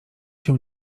się